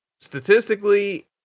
statistically